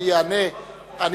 חבר הכנסת מגלי והבה.